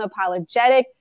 unapologetic